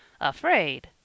Afraid